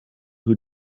who